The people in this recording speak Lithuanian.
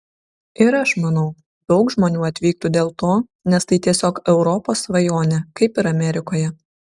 ir aš manau daug žmonių atvyktų dėl to nes tai tiesiog europos svajonė kaip ir amerikoje